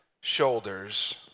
shoulders